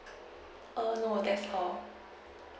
err no that's all